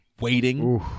waiting